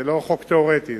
זה לא חוק תיאורטי,